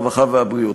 הרווחה והבריאות.